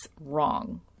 wrong